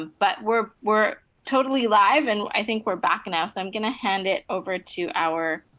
ah but we're we're totally live and i think we're back now. so i'm gonna hand it over to our